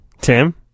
Tim